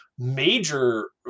major